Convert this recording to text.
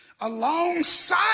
Alongside